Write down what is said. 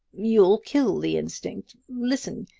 you'll kill the instinct. listen!